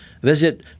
visit